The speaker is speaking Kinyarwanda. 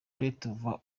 pletnyova